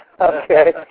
Okay